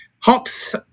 hops